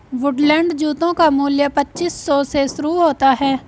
Woodland जूतों का मूल्य पच्चीस सौ से शुरू होता है